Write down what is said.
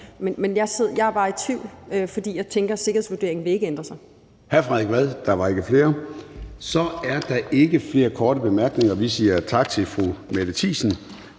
men jeg er bare i tvivl, for jeg tænker, at sikkerhedsvurderingen ikke vil ændre sig.